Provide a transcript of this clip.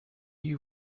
you